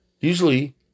Usually